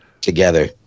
together